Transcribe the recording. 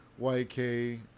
YK